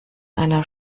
einer